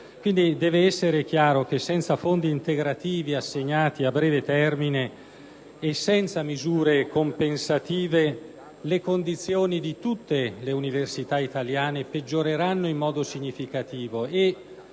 Quindi deve essere chiaro che, senza fondi integrativi assegnati a breve termine e senza misure compensative, le condizioni di tutte le università italiane peggioreranno in modo significativo